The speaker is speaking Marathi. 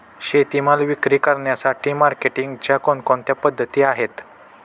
शेतीमाल विक्री करण्यासाठी मार्केटिंगच्या कोणकोणत्या पद्धती आहेत?